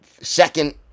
second